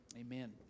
amen